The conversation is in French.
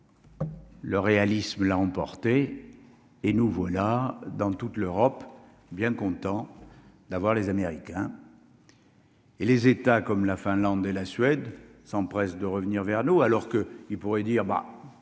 Le réalisme l'a emporté, et nous voilà dans toute l'Europe, bien content d'avoir les Américains. Et les États, comme la Finlande et la Suède s'empresse de revenir vers nous, alors que, il pourrait dire bah